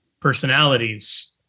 personalities